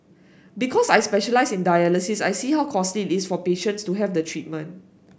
because I specialise in dialysis I see how costly is for patients to have the treatment